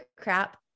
crap